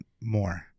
more